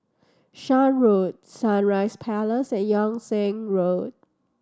Shan Road Sunrise Palace and Yung Sheng Road